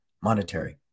monetary